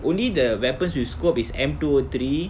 only the weapons with scope is M two O three